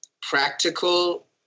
practical